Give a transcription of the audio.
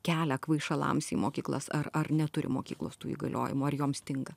kelią kvaišalams į mokyklas ar ar neturi mokyklos tų įgaliojimų ar joms stinga